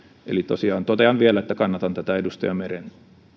eli tosiaan totean vielä että kannatan tätä edustaja meren